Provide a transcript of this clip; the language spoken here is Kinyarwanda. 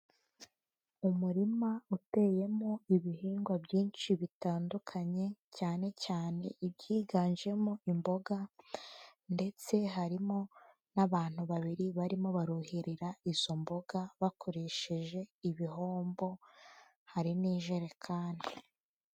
Umurima uteyemo ibihingwa byinshi bitandukanye, cyane cyane ibyiganjemo imboga ndetse harimo n'abantu babiri barimo baruhirira izo mboga bakoresheje ibihombo, hari n'ijerekani.